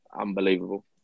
unbelievable